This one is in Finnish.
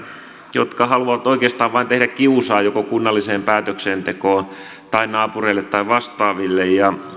jotka haluavat oikeastaan vain tehdä kiusaa joko kunnalliseen päätöksentekoon tai naapureille tai vastaaville